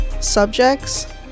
subjects